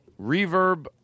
Reverb